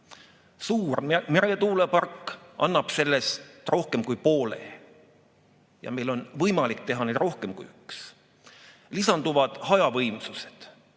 Suur meretuulepark annab sellest rohkem kui poole ja meil on võimalik teha neid rohkem kui üks. Lisanduvad hajavõimsused,